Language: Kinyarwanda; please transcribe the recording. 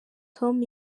tom